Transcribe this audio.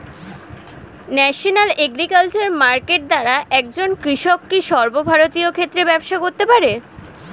National agriculture market দ্বারা একজন কৃষক কি সর্বভারতীয় ক্ষেত্রে ব্যবসা করতে পারে?